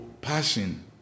passion